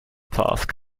task